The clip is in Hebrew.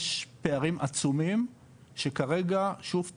יש פערים עצומים שכרגע שוב פעם,